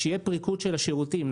שיהיה פריקות של השירותים.